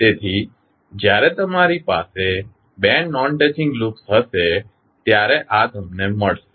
તેથી જ્યારે તમારી પાસે બે નોન ટચિંગ લૂપ્સ હશે ત્યારે આ તમને મળશે